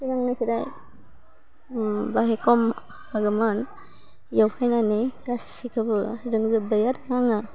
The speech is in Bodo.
सिगांनिफ्राय बाहाय खम हायोमोन बेयाव फैनानै गासिखौबो रोंजोब्बाय आरो आङो